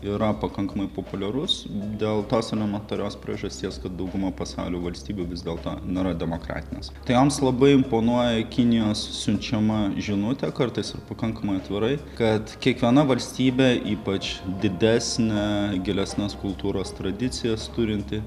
yra pakankamai populiarus dėl tos elementarios priežasties kad dauguma pasaulio valstybių vis dėlto nėra demokratinės tai joms labai imponuoja kinijos siunčiama žinutė kartais ir pakankamai atvirai kad kiekviena valstybė ypač didesnė gilesnes kultūros tradicijas turinti